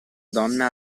donna